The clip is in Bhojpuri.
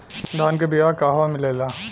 धान के बिया कहवा मिलेला?